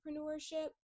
entrepreneurship